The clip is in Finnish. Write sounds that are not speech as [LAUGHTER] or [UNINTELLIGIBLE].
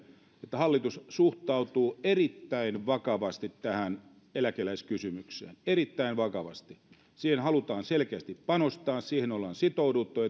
että hallitus suhtautuu erittäin vakavasti tähän eläkeläiskysymykseen erittäin vakavasti siihen halutaan selkeästi panostaa siihen ollaan sitouduttu [UNINTELLIGIBLE]